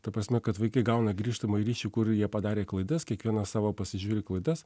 ta prasme kad vaikai gauna grįžtamąjį ryšį kur jie padarė klaidas kiekvienas savo pasižiūri klaidas